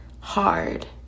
hard